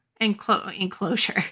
enclosure